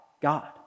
God